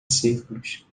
círculos